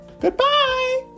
Goodbye